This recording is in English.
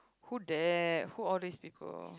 who that who all these people